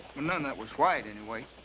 none that was white, anyway.